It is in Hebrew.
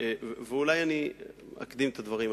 אולי אני אקדים את הדברים.